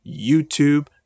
YouTube